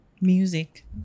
Music